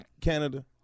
Canada